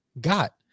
got